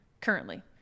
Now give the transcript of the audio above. currently